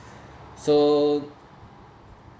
so